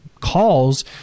calls